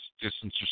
distance